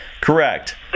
Correct